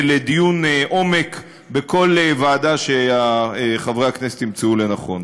לדיון עומק בכל ועדה שחברי הכנסת ימצאו לנכון.